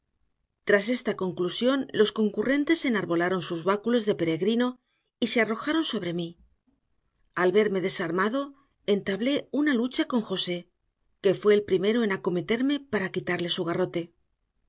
tras esta conclusión los concurrentes enarbolaron sus báculos de peregrino y se arrojaron sobre mí al verme desarmado entablé una lucha con josé que fue el primero en acometerme para quitarle su garrote